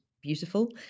beautiful